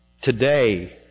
Today